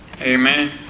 Amen